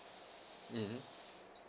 mmhmm